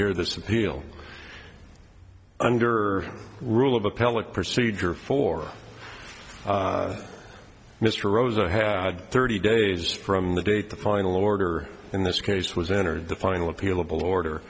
hear this appeal under rule of appellate procedure for mr rosa had thirty days from the date the final order in this case was entered the final appealable order